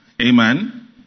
Amen